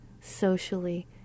socially